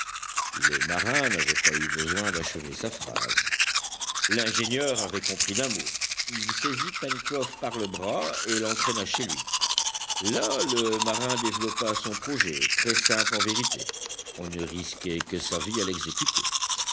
le marin n'avait pas eu besoin d'achever sa phrase l'ingénieur avait compris d'un mot il saisit pencroff par le bras et l'entraîna chez lui là le marin développa son projet très simple en vérité on ne risquait que sa vie à l'exécuter